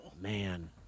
Man